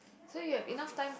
so you have enough time to